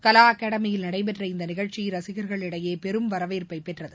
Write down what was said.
கலா அகாடமியில் நடைபெற்ற இந்த நிகழ்ச்சி ரசிகர்களிடையே பெரும் வரவேற்பை பெற்றது